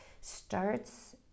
starts